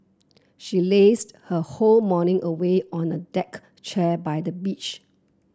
she lazed her whole morning away on a deck chair by the beach